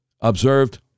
observed